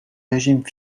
régime